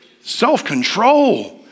self-control